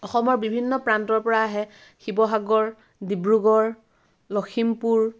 অসমৰ বিভিন্ন প্ৰান্তৰ পৰা আহে শিৱসাগৰ ডিব্ৰুগড় লখিমপুৰ